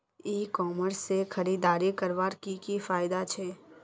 ई commerce से खरीदारी करवार की की फायदा छे?